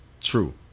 true